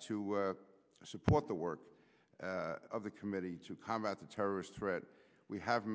to support the work of the committee to combat the terrorist threat we have